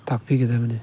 ꯇꯥꯛꯄꯤꯒꯗꯕꯅꯤ